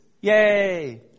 Yay